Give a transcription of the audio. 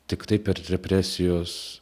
tiktai per represijos